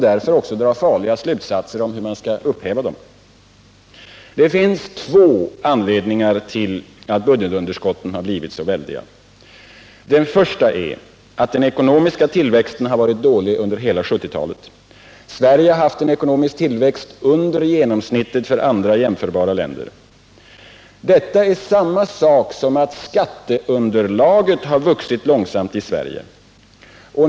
Därför drar man farliga slutsatser om hur de skall hävas. Det finns två anledningar till att budgetunderskotten blivit så väldiga. Den första är att den ekonomiska tillväxten varit dålig under hela 1970-talet. Sverige har haft en tillväxt under genomsnittet för jämförbara länder. Detta är samma sak som att skatteunderlaget har vuxit långsamt i Sverige.